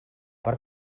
per